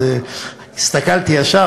אז הסתכלתי ישר,